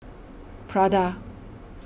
Prada